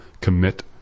commit